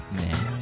man